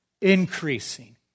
increasing